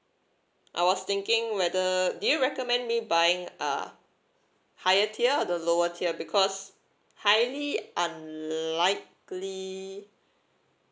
I was thinking whether do you recommend me buying uh higher tier or the lower tier because highly unlikely